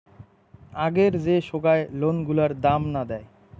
আগের যে সোগায় লোন গুলার দাম না দেয়